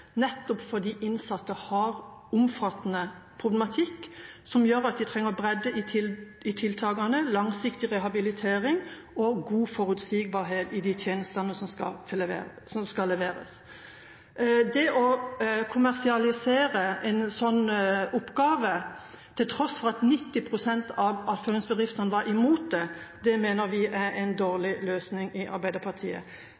nettopp fordi innsatte har omfattende problem som gjør at de trenger bredde i tiltakene, langsiktig rehabilitering og god forutsigbarhet i tjenestene som skal leveres. Det å kommersialisere en slik oppgave til tross for at 90 pst. av attføringsbedriftene var imot det, mener vi i Arbeiderpartiet er en dårlig løsning.